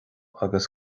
agus